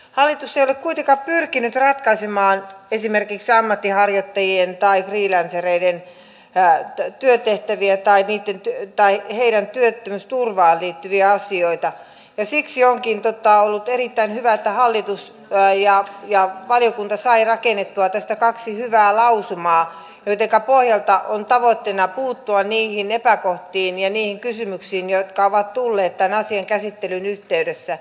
hallitus ei ole kuitenkaan pyrkinyt ratkaisemaan esimerkiksi ammatinharjoittajien tai freelancereiden työtehtäviin tai heidän työttömyysturvaansa liittyviä asioita ja siksi onkin ollut erittäin hyvä että hallitus ja valiokunta saivat rakennettua tästä kaksi hyvää lausumaa joiden pohjalta on tavoitteena puuttua niihin epäkohtiin ja niihin kysymyksiin jotka ovat tulleet tämän asian käsittelyn yhteydessä